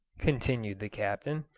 continued the captain,